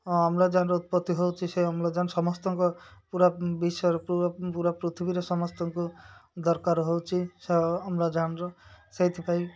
ଅମ୍ଳଜାନର ଉତ୍ପତ୍ତି ହେଉଛି ସେ ଅମ୍ଳଜାନ ସମସ୍ତଙ୍କ ପୁରା ବିଷୟରେ ପୁରା ପୁରା ପୃଥିବୀରେ ସମସ୍ତଙ୍କୁ ଦରକାର ହେଉଛି ସେ ଅମ୍ଳଜାନର ସେଇଥିପାଇଁ